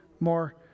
more